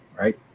right